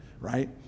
right